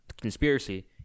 conspiracy